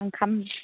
ओंखाम